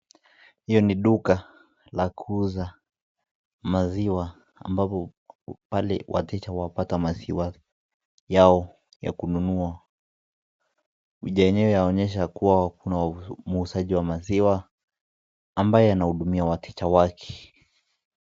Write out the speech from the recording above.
Hiyo ni duka la kuuza maziwa ambapo pale wateja hupata maziwa yao ya kununua. Picha yenyewe yaonyesha kuwa kuna muuzaji wa maziwa ambaye anahudumia wateja wake.